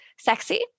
sexy